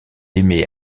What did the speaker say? émet